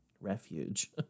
refuge